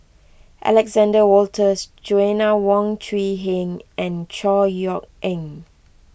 Alexander Wolters Joanna Wong Quee Heng and Chor Yeok Eng